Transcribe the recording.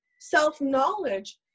self-knowledge